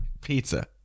Pizza